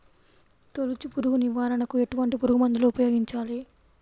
తొలుచు పురుగు నివారణకు ఎటువంటి పురుగుమందులు ఉపయోగించాలి?